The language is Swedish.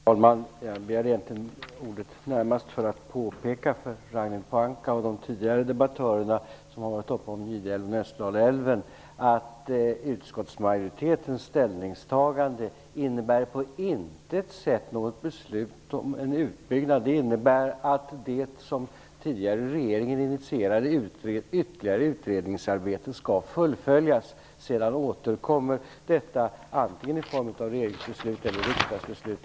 Herr talman! Jag begärde egentligen ordet för att närmast påpeka för Ragnhild Pohanka och de tidigare debattörerna som talat om Gideälven och Österdalälven att utskottsmajoritetens ställningstagande på intet sätt innebär något beslut om en utbyggnad. Det innebär att det ytterligare utredningsarbete som den tidigare regeringen initierade skall fullföljas. Sedan återkommer ärendet antingen i form av ett regeringsbeslut eller ett riksdagsbeslut.